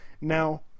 Now